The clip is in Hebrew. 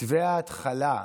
מתווה ההתחלה,